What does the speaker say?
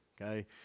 Okay